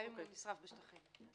גם אם נשרף בשטחים.